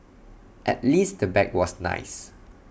at least the bag was nice